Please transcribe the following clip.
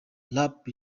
rap